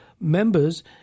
members